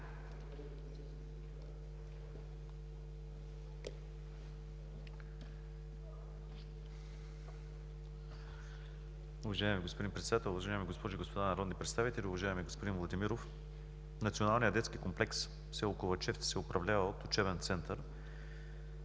Уважаеми господин Председател, уважаеми госпожи и господа народни представители! Уважаеми господин Владимиров, Националният детски комплекс в село Ковачевци се управлява от Учебен център